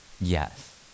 Yes